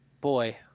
boy